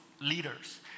leaders